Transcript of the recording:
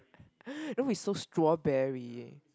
don't be so strawberry